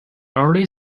early